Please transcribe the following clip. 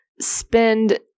spend